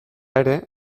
ere